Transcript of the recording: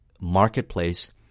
marketplace